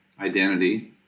identity